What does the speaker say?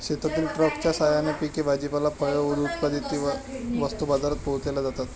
शेतातील ट्रकच्या साहाय्याने पिके, भाजीपाला, फळे व दूध इत्यादी वस्तू बाजारात पोहोचविल्या जातात